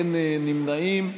אין נמנעים.